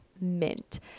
Mint